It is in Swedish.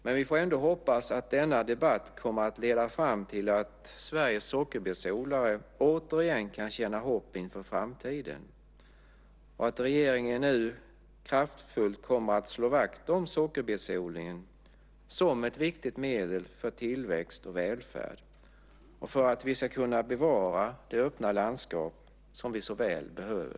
Men vi får ändå hoppas att denna debatt kommer att leda fram till att Sveriges sockerbetsodlare återigen kan känna hopp inför framtiden och att regeringen nu kraftfullt kommer att slå vakt om sockerbetsodlingen som ett viktigt medel för tillväxt och välfärd och för att vi ska kunna bevara de öppna landskap som vi så väl behöver.